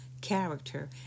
character